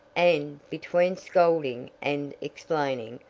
and, between scolding and explaining,